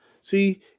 See